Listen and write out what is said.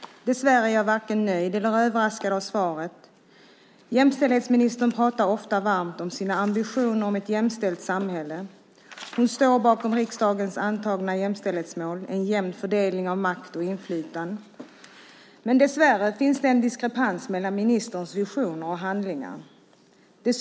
Då Ulf Holm, som framställt interpellationen, anmält att han var förhindrad att närvara vid sammanträdet medgav förste vice talmannen att Esabelle Reshdouni i stället fick delta i överläggningen.